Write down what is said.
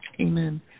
Amen